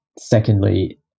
secondly